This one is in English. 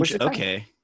Okay